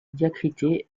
diacrité